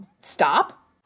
stop